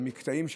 במקטעים שבו,